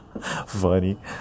Funny